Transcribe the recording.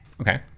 Okay